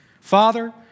Father